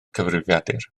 cyfrifiadur